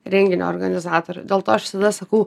renginio organizatorių dėl to aš visada sakau